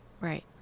Right